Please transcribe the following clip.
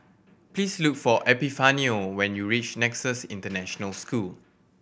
please look for Epifanio when you reach Nexus International School